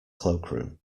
cloakroom